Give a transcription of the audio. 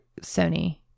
Sony